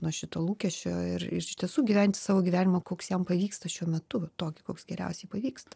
nuo šito lūkesčio ir iš tiesų gyventi savo gyvenimą koks jam pavyksta šiuo metu tokį koks geriausiai pavyksta